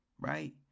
right